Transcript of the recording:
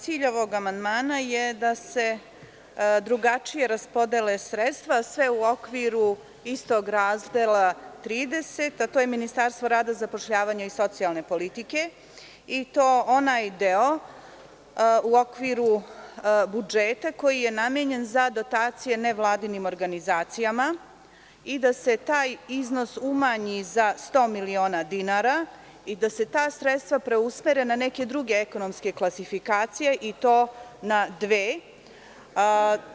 Cilj ovog amandmana je da se drugačije raspodele sredstva, sve u okviru istog razdela 30, a to je Ministarstvo rada, zapošljavanja i socijalne politike i to onaj deo u okviru budžeta koji je namenjen za adaptaciju nevladinih organizacija i da se taj iznos umanji za 100 miliona dinara i da se ta sredstva preusmere na neke druge ekonomske klasifikacije i to na dve.